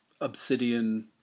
obsidian